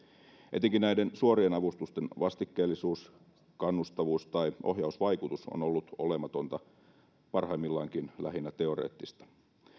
etenkin näiden suorien avustusten vastikkeellisuus kannustavuus tai ohjausvaikutus on ollut olematonta parhaimmillaankin lähinnä teoreettista